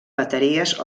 bateries